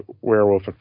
werewolf